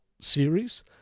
series